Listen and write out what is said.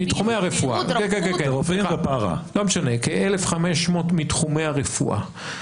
מתחומי הרפואה, כ-1,500 מתחומי הרפואה.